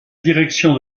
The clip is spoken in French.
direction